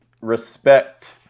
respect